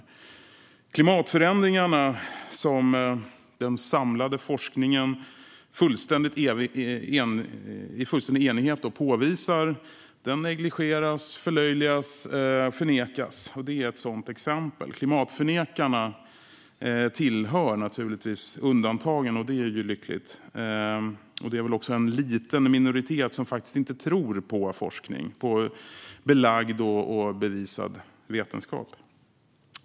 Att klimatförändringarna - som den samlade forskningen i fullständig enighet påvisar - negligeras, förlöjligas och förnekas är ett sådant exempel. Klimatförnekarna tillhör lyckligtvis undantagen. Det är väl också en liten minoritet som faktiskt inte tror på forskning, på belagd och bevisad vetenskap.